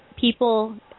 people